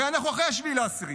הרי אנחנו אחרי 7 באוקטובר,